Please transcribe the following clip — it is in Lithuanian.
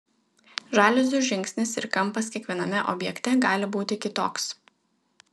žaliuzių žingsnis ir kampas kiekviename objekte gali būti kitoks